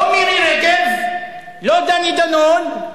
לא מירי רגב, לא דני דנון,